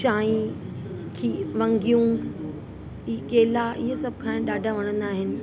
चांहि वङियूं केला इहे सभु खाइण ॾाढा वणंदा आहिनि